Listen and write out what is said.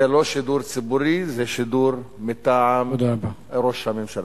זה לא שידור ציבורי, זה שידור מטעם ראש הממשלה.